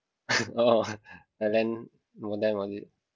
orh and then modem on it